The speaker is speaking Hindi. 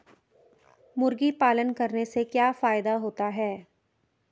मुर्गी पालन करने से क्या फायदा होता है?